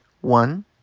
one